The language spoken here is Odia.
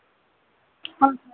ହଁ